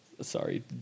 Sorry